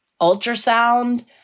ultrasound